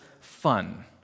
fun